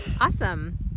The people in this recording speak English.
Awesome